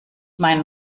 meinen